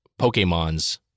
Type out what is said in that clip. Pokemon's